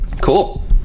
Cool